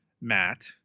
Matt